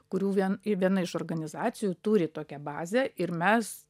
kurių vien viena iš organizacijų turi tokią bazę ir mes